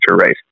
race